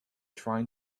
trying